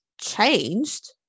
changed